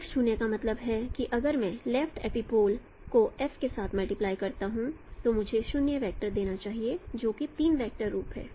right शून्य का मतलब है कि अगर मैं लेफ्ट एपिपोल को F के साथ मल्टीप्लाई करता हूं तो मुझे 0 वेक्टर देना चाहिए जो कि 3 वेक्टर रूप है